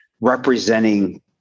representing